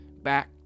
back